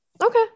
Okay